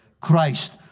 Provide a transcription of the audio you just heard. Christ